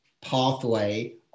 pathway